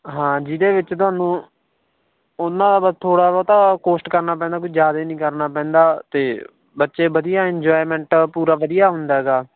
ਹਾਂ ਜਿਹਦੇ ਵਿੱਚ ਤੁਹਾਨੂੰ ਉਹਨਾਂ ਦਾ ਬ ਥੋੜ੍ਹਾ ਬਹੁਤ ਕੋਸਟ ਕਰਨਾ ਪੈਂਦਾ ਕੋਈ ਜ਼ਿਆਦਾ ਨਹੀਂ ਕਰਨਾ ਪੈਂਦਾ ਅਤੇ ਬੱਚੇ ਵਧੀਆ ਇੰਜੋਆਏਮੇਂਟ ਪੂਰਾ ਵਧੀਆ ਹੁੰਦਾ ਗਾ